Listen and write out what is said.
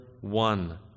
one